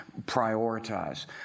prioritize